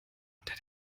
unter